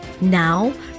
Now